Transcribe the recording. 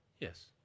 Yes